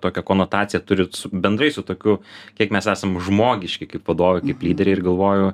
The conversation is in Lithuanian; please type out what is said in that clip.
tokią konotaciją turit su bendrai su tokiu kiek mes esam žmogiški kaip vadovai kaip lyderiai ir galvoju